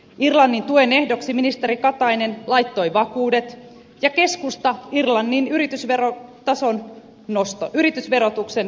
irlannin tuen ehdoksi ministeri katainen laittoi vakuudet ja keskusta irlannin yritysverotuksen tason noston